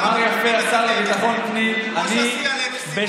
אמר יפה השר לביטחון פנים: אני בשאיפה,